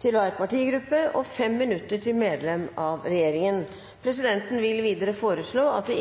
til 5 minutter til hver partigruppe og 5 minutter til medlem av regjeringen. Presidenten vil videre foreslå at det